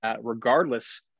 regardless